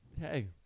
hey